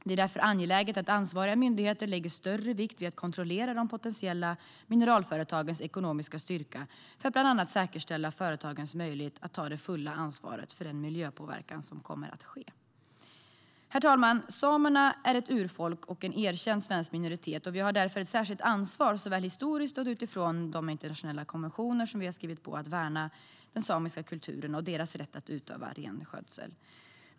Det är därför angeläget att ansvariga myndigheter lägger större vikt vid att kontrollera de potentiella mineralföretagens ekonomiska styrka för att bland annat säkerställa företagens möjlighet att ta det fulla ansvaret för den miljöpåverkan som kommer att ske. Herr talman! Samerna är ett urfolk och en erkänd svensk minoritet. Vi har därför ett särskilt ansvar, såväl historiskt som utifrån de internationella konventioner som vi har skrivit under, att värna den samiska kulturen och samernas rätt att utöva renskötsel.